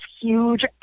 huge